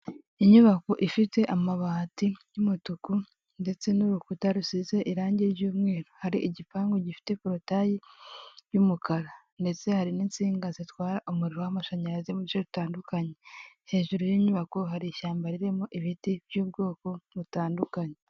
Inyubako ifite amabati y'umutuku ndetse n'urukuta rusize irangi ry'umweru, hari igipangu gifite porotaye y'umukara, ndetse hari n'insinga zitwara umuriro w'amashanyarazi munce zitandukanye, hejuru y'inyubako hari ishyamba ririmo ibiti by'ubwoko butandukanye.